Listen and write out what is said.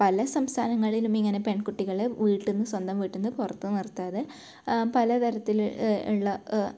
പല സംസ്ഥാനങ്ങളിലും ഇങ്ങനെ പെൺകുട്ടികളെ വീട്ടിന്ന് സ്വന്തം വീട്ടിന്ന് പുറത്ത് നിർത്താതെ പല തരത്തിൽ ഉള്ള